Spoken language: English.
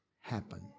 happen